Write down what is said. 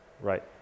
Right